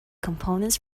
components